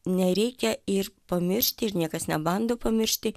nereikia ir pamiršti ir niekas nebando pamiršti